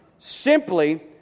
simply